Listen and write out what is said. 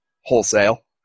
wholesale